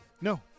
No